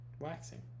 Waxing